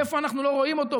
איפה אנחנו לא רואים אותו,